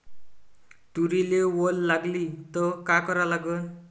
तुरीले वल लागली त का करा लागन?